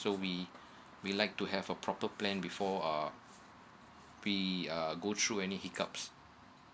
so we we like to have a proper plan before uh we uh go through any hiccups